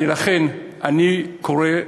לכן,